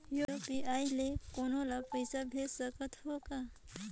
UPI ले कोनो ला पइसा भेज सकत हों का?